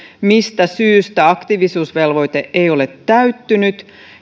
mistä syystä aktiivisuusvelvoite ei ole täyttynyt